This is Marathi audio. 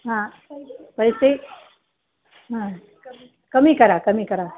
हां पैसे हां कमी करा कमी करा